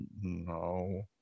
no